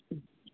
অঁ